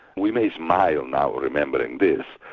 we may smile now remembering this,